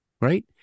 right